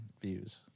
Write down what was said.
views